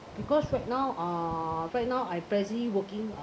because right now uh right now I busy working uh